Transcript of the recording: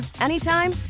anytime